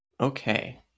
okay